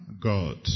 God